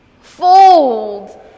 Fold